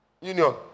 union